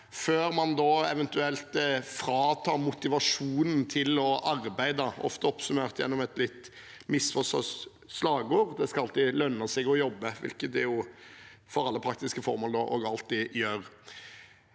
før man eventuelt fratar folk motivasjonen til å arbeide, ofte oppsummert gjennom et litt misforstått slagord: Det skal alltid lønne seg å jobbe – hvilket det jo for alle praktiske formål alltid gjør.